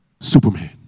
Superman